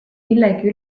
millegi